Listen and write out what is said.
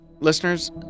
listeners